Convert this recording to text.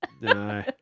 No